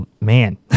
man